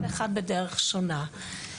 כל אחת בדרך שונה.